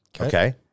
Okay